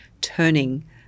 turning